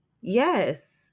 yes